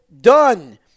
done